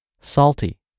salty